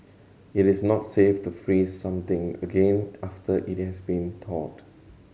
it is not safe to freeze something again after it has been thawed